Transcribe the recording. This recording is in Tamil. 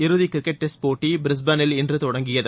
இறுதி கிரிக்கெட் டெஸ்ட் போட்டி பிரிஸ்பெனில் இன்று தொடங்கியது